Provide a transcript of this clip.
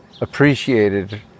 appreciated